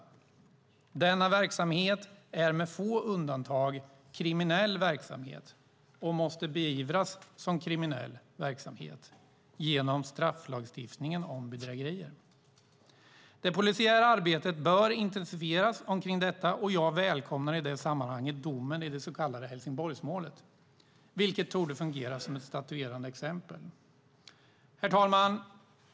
Denna verksamhet är med få undantag kriminell verksamhet och måste beivras som kriminell verksamhet genom strafflagstiftningen om bedrägerier. Det polisiära arbetet bör intensifieras omkring detta. Jag välkomnar i det sammanhanget domen i det så kallade Helsingborgsmålet, vilken torde fungera som ett statuerande exempel. Herr talman!